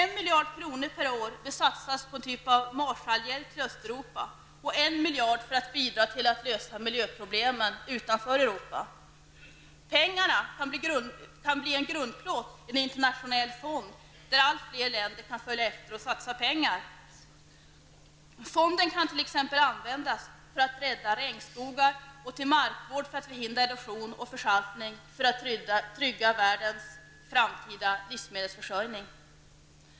1 miljard kronor per år bör satsas på en typ av Marshall-hjälp till Östeuropa och 1 miljard för att bidra till att lösa miljöproblemen utanför Europa. Pengarna kan bli en grundplåt i en internationell fond där allt fler länder kan följa efter och satsa pengar. Fonden kan t.ex. användas för att rädda regnskogar och till markvård för att förhindra erosion och försaltning, för att trygga världens framtida livsmedelsförsörjning.